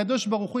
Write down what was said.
הקדוש ברוך הוא,